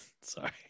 Sorry